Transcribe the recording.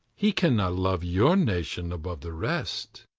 he cannot love your nation above the rest.